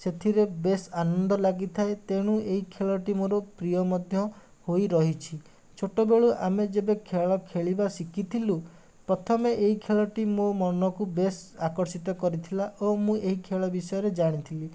ସେଥିରେ ବେଶ୍ ଆନନ୍ଦ ଲାଗିଥାଏ ତେଣୁ ଏଇ ଖେଳଟି ମୋର ପ୍ରିୟ ମଧ୍ୟ ହୋଇ ରହିଛି ଛୋଟବେଳେ ଆମେ ଯେବେ ଖେଳ ଖେଳିବା ଶିଖିଥିଲୁ ପ୍ରଥମେ ଏଇ ଖେଳଟି ମୋ ମନକୁ ବେଶ୍ ଆକର୍ଷିତ କରିଥିଲା ଓ ମୁଁ ଏହି ଖେଳ ବିଷୟରେ ଜାଣିଥିଲି